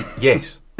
Yes